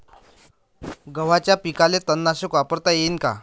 गव्हाच्या पिकाले तननाशक वापरता येईन का?